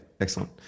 excellent